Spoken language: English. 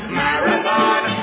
marathon